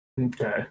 Okay